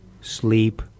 sleep